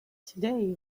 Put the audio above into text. today